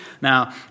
Now